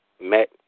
met